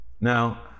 Now